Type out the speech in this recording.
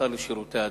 השר לשירותי הדת.